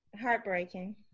heartbreaking